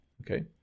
okay